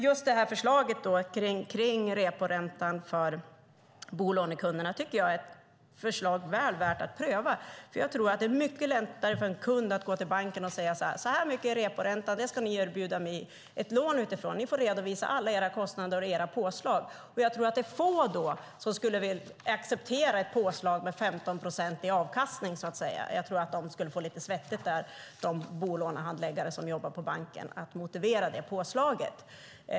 Just förslaget om reporäntan för bolånekunderna tycker jag är ett förslag väl värt att pröva. Det är mycket lättare för en kund att gå till banken och tala om hur stor reporäntan är. Banken kan erbjuda kunden ett lån med utgångspunkt från reporäntan och redovisa alla kostnader och påslag. Det är få som då skulle acceptera ett påslag med 15 procent i avkastning. Bolånehandläggarna på banken skulle få det lite svettigt att motivera påslaget.